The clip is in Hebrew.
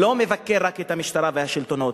לא מבקר רק את המשטרה ואת השלטונות,